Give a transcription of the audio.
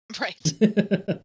Right